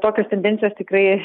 tokios tendencijos tikrai